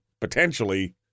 potentially